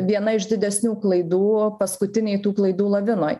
viena iš didesnių klaidų paskutinėj tų klaidų lavinoj